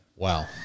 Wow